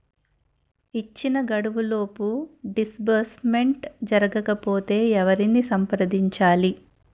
ఇచ్చిన గడువులోపు డిస్బర్స్మెంట్ జరగకపోతే ఎవరిని సంప్రదించాలి?